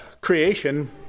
creation